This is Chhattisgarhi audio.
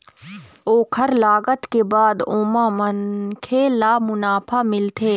ओखर लागत के बाद ओमा मनखे ल मुनाफा मिलथे